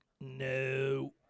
No